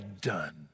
done